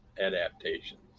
adaptations